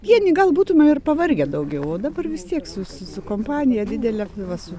vieni gal būtume ir pavargę daugiau o dabar vis tiek su su su kompanija didele tai va su